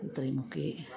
അത്രയുമൊക്കെ